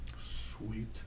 sweet